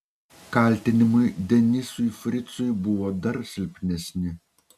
kaltinimai denisui fricui buvo dar silpnesni